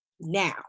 Now